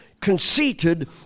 conceited